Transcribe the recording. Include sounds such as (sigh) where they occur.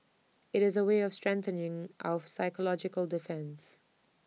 IT is A way of strengthening our (noise) psychological defence